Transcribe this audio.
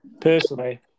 personally